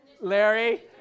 Larry